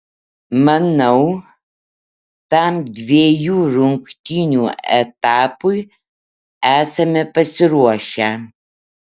manau tam dviejų rungtynių etapui esame pasiruošę